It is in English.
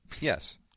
Yes